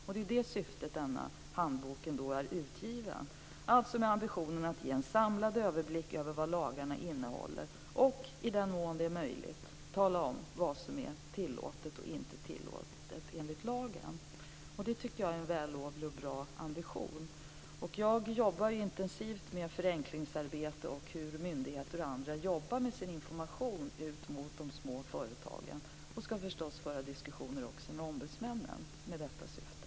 Det är i det syftet som denna handbok är utgiven, alltså med ambitionen att ge en samlad överblick över vad lagarna innehåller och, i den mån det är möjligt, tala om vad som är tillåtet och inte tillåtet enligt lagen. Jag tycker att det är en vällovlig och bra ambition. Jag jobbar intensivt med förenklingsarbete, bl.a. hur myndigheter och andra informerar de små företagen, och jag ska naturligtvis också föra diskussioner med ombudsmännen med detta syfte.